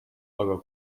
aga